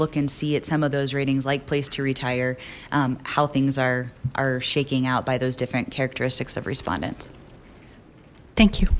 look and see at some of those ratings like place to retire how things are are shaking out by those different characteristics of respondents thank you